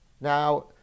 Now